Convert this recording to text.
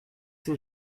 ces